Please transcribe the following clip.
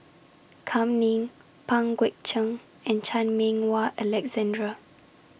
Kam Ning Pang Guek Cheng and Chan Meng Wah Alexander